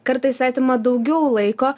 kartais atima daugiau laiko